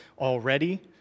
already